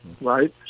right